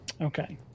Okay